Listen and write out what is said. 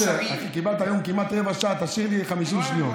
משה, קיבלת היום כמעט רבע שעה, תשאיר לי 50 שניות.